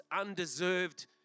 undeserved